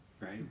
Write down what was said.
right